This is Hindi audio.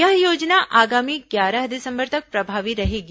यह योजना आगामी ग्यारह दिसंबर तक प्रभावी रहेगी